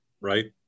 right